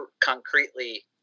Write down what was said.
concretely